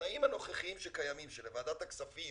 בתנאים הנוכחיים שקיימים, שלוועדת הכספים